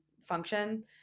function